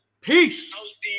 Peace